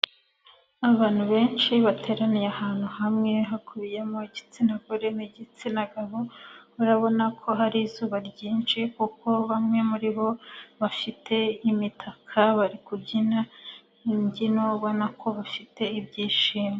Abantu benshi bateraniye ahantu hamwe hakubiyemo igitsina gore n'igitsina gabo. Urabona ko hari izuba ryinshi kuko bamwe muri bo bafite imitaka, bari kubyina imbyino ubona ko bafite ibyishimo.